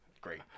great